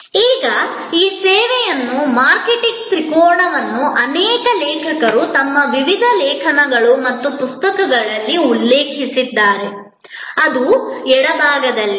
ಈಗ ಈ ಸೇವೆಯನ್ನು ಮಾರ್ಕೆಟಿಂಗ್ ತ್ರಿಕೋನವನ್ನು ಅನೇಕ ಲೇಖಕರು ತಮ್ಮ ವಿವಿಧ ಲೇಖನಗಳು ಮತ್ತು ಪುಸ್ತಕಗಳಲ್ಲಿ ಉಲ್ಲೇಖಿಸಿದ್ದಾರೆ ಅದು ಎಡಭಾಗದಲ್ಲಿದೆ